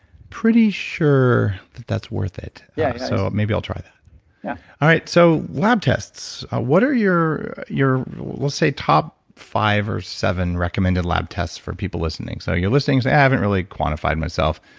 pretty sure that that's worth it. yeah. so maybe i'll try that yeah all right, so lab tests. what are your, we'll say top five or seven recommended lab tests for people listening. so you're listening haven't really quantified myself.